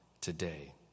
today